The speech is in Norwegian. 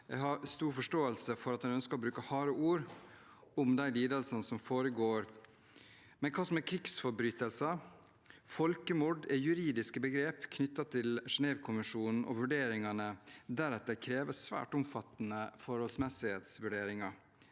Jeg har stor forståelse for at en ønsker å bruke harde ord om de lidelsene som foregår, men når det gjelder hva som er krigsforbrytelser og folkemord, er dette juridiske begrep knyttet til Genèvekonvensjonen, og vurderinger der krever svært omfattende forholdsmessighetsvurderinger